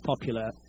popular